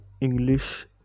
English